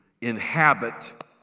inhabit